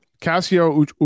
Cassio